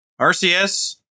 RCS